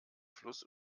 fluss